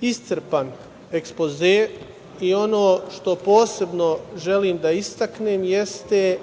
iscrpan ekspoze. Ono što posebno želim da istaknem jeste